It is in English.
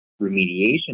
remediation